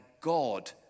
God